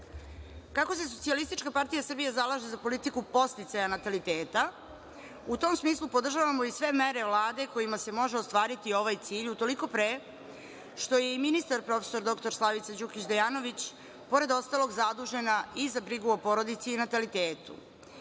se Socijalistička partija Srbije zalaže za politiku podsticaja nataliteta, u tom smislu podržavamo i sve mere Vlade kojima se može ostvariti ovaj cilj, utoliko pre što je i ministar, prof. dr Slavica Đukić Dejanović, pored ostalog, zadužena i za brigu o porodici i natalitetu,